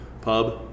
pub